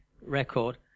record